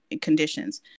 conditions